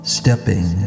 stepping